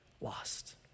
lost